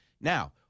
Now